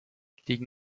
liegen